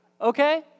okay